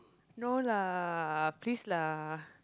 no lah please lah